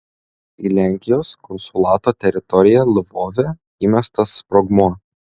į lenkijos konsulato teritoriją lvove įmestas sprogmuo